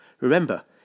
Remember